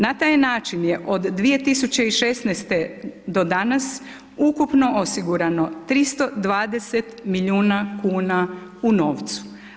Na taj način je od 2016. do danas ukupno osigurano 320 milijuna kn u novcu.